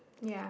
ya